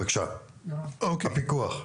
בבקשה הפיקוח.